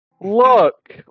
Look